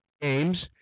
games